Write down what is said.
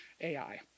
AI